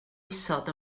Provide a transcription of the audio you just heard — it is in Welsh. isod